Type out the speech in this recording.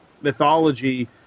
mythology